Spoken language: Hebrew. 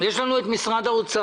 ויש לנו את משרד האוצר.